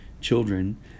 children